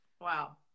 Wow